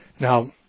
Now